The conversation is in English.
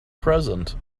present